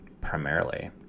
primarily